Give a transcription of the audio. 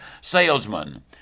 salesman